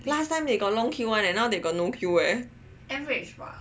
last time they got long queue [one] leh now they got no queue leh